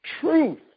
truth